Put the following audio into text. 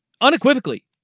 Unequivocally